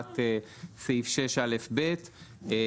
למשל אם היא רוצה להצטרף לחברה והחברה לא מוכנה לקבל אותה.